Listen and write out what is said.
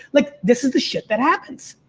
like this is the shit that happens.